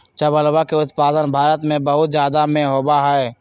चावलवा के उत्पादन भारत में बहुत जादा में होबा हई